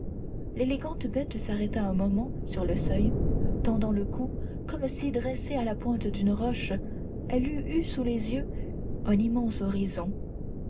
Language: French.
l'élégante bête s'arrêta un moment sur le seuil tendant le cou comme si dressée à la pointe d'une roche elle eût eu sous les yeux un immense horizon